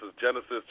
Genesis